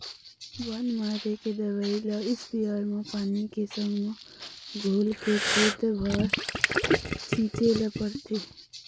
बन मारे के दवई ल इस्पेयर म पानी के संग म घोलके खेत भर छिंचे ल परथे